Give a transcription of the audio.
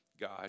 God